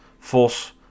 Vos